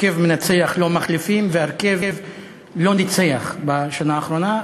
הרכב מנצח לא מחליפים וההרכב לא ניצח בשנה האחרונה,